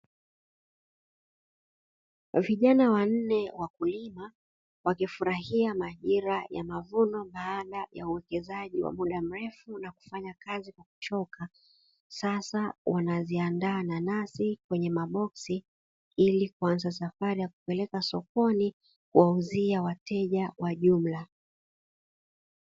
Vijana wanne wakulima wakifurahia majira ya mavuno baada ya uwekezaji wa muda mrefu na kufanya kazi bila kuchoka, sasa wanaziandaa nanasi kwenye maboksi ili kuanza safari ya kupeleka sokoni kuwauzia wateja wa jumla.